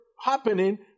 happening